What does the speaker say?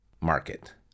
market